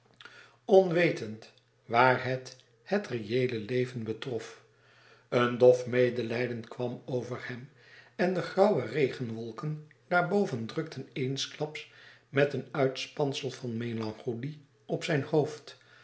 onwetend waar het het reëele leven betrof een dof medelijden kwam over hem en de grauwe regenwolken daarboven drukten eensklaps met een uitspansel van melancholie op zijn hoofd